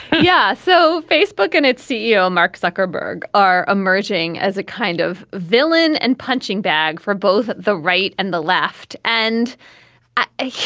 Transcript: yeah. so facebook and its ceo mark zuckerberg are emerging as a kind of villain and punching bag for both the right and the left and ah a